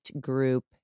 group